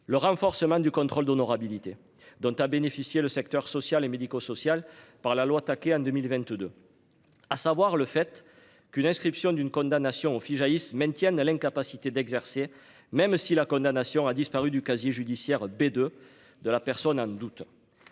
Le renforcement du contrôle d'honorabilité dont a bénéficié le secteur social et médico-social par la loi, attaquée en 2022. À savoir le fait qu'une inscription d'une condamnation jaillissent maintiennent à l'incapacité d'exercer. Même si la condamnation a disparu du casier judiciaire B2 de la personne ne doute.